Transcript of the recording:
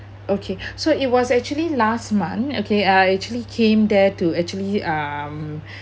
okay so it was actually last month okay I actually came there to actually uh